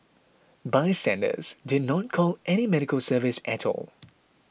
bystanders did not call any medical service at all